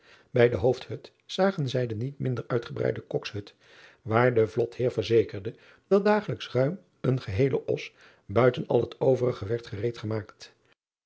ij de oofdhut zagen zij de niet minder uitgebreide kokshut waar de lotheer verzekerde dat dagelijks ruim een geheele os buiten al het overige werd gereed gemaakt